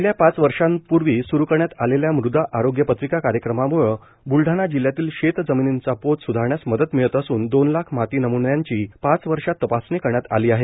गेल्या पाच वर्षापूर्वी सुरू करण्यात आलेल्या मुदा आरोग्य पत्रिका कार्यक्रमामुळे बुल णा जिल्ह्यातील शेत जमिनींचा पोत स्धारण्यास मदत मिळत असून दोन लाख माती नमुन्यांची पाच वर्षात तपासणी करण्यात आली आहे